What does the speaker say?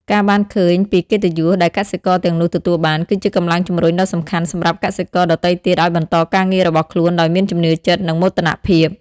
ការបានឃើញពីកិត្តិយសដែលកសិករទាំងនោះទទួលបាន គឺជាកម្លាំងជំរុញដ៏សំខាន់សម្រាប់កសិករដទៃទៀតឲ្យបន្តការងាររបស់ខ្លួនដោយមានជំនឿចិត្ត និងមោទនភាព។